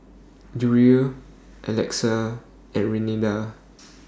Uriel Alexa and Renada